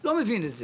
אני לא מבין את זה.